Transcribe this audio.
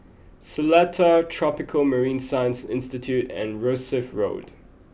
Seletar Tropical Marine Science Institute and Rosyth Road